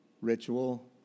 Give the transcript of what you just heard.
ritual